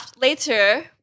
later